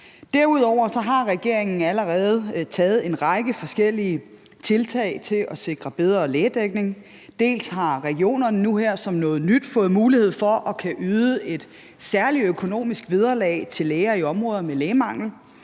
Derudover har regeringen allerede taget en række forskellige tiltag til at sikre bedre lægedækning. Dels har regionerne nu her som noget nyt fået mulighed for at yde et særligt økonomisk vederlag til læger i områder med lægemangel,